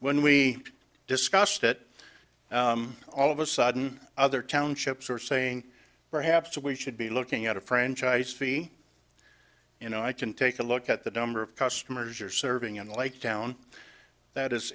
when we discussed it all of a sudden other townships are saying perhaps we should be looking at a franchise fee you know i can take a look at the number of customers or serving in the like town that is